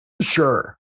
sure